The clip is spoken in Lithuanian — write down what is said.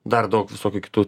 dar daug visokių kitų